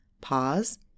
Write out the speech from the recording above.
pause